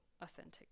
authentic